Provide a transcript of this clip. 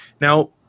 Now